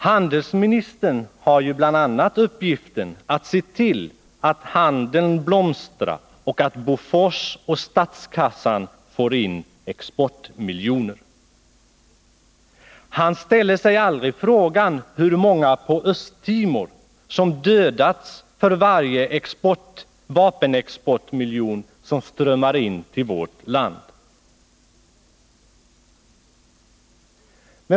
Handelsministern har ju bl.a. uppgiften att se till att handeln blomstrar och att Bofors och statskassan får in exportmiljoner. Han ställer sig aldrig frågan hur många på Östtimor som dödas för varje vapenexportmiljon som strömmar in till vårt land.